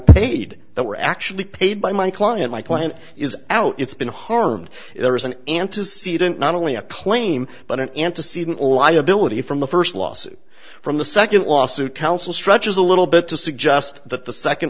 paid that were actually paid by my client my client is out it's been harmed if there is an antecedent not only a claim but an antecedent liability from the first lawsuit from the second lawsuit council stretches a little bit to suggest that the second